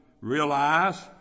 Realize